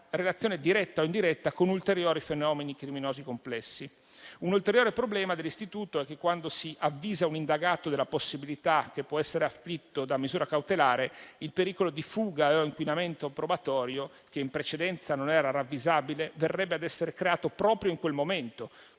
relazione diretta o indiretta con ulteriori fenomeni criminosi complessi. Un ulteriore problema dell'istituto è che, quando si avvisa un indagato della possibilità di essere afflitto da misura cautelare, il pericolo di fuga o di inquinamento probatorio, che in precedenza non era ravvisabile, verrebbe ad essere creato proprio in quel momento,